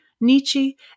Nietzsche